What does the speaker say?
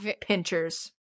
pinchers